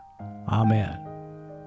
Amen